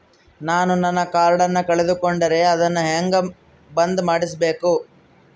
ನಾನು ನನ್ನ ಕಾರ್ಡನ್ನ ಕಳೆದುಕೊಂಡರೆ ಅದನ್ನ ಹೆಂಗ ಬಂದ್ ಮಾಡಿಸಬೇಕು?